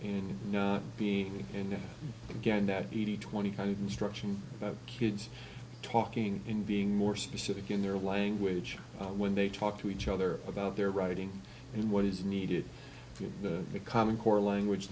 and being and again that eighty twenty kind of instruction that kids talking in being more specific in their language when they talk to each other about their writing and what is needed in the common core language